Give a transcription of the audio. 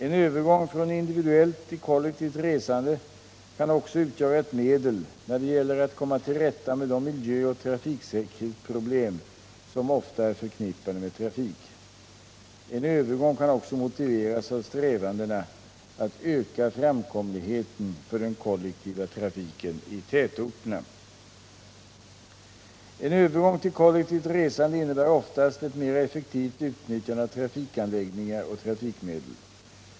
En övergång från individuellt till kollektivt resande kan även utgöra ett medel när det gäller att komma till rätta med de miljöoch trafiksäkerhetsproblem som ofta är förknippade med trafik. En övergång kan också motiveras av strävandena att öka framkomligheten för den kollektiva trafiken i tätorterna. En övergång till kollektivt resande innebär oftast ett mera effektivt utnyttjande av trafikanläggningar och trafikmedel.